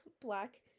black